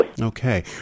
Okay